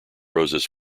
roses